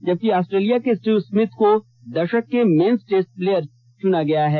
जबकि ऑस्ट्रेलिया को Steve Smith को दशक के मेन्स टेस्ट प्लेयर चुने गए हैं